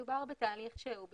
מדובר בתהליך שהוא בבחינה,